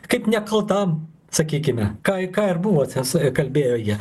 kaip nekaltam sakykime ką ką ir buvo tiesa kalbėjo jie